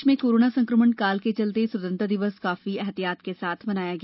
प्रदेश में कोरोना संक्रमण काल के चलते स्वतंत्रता दिवस काफी ऐहतियात के साथ मनाया गया